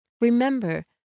Remember